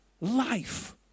life